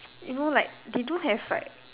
you know like they don't have like